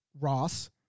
Ross